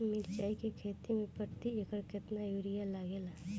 मिरचाई के खेती मे प्रति एकड़ केतना यूरिया लागे ला?